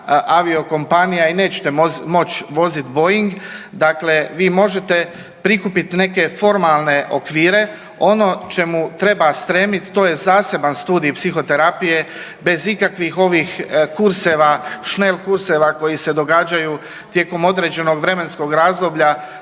aviokompanija i nećete moć voziti Boeing dakle vi možete prikupit neke formalne okvire. Ono čemu treba stremit to je zaseban studij psihoterapije bez ikakvih ovih kurseva, schnell kurseva koji se događaju tijekom određenog vremenskog razdoblja